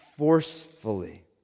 forcefully